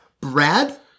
Brad